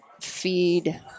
feed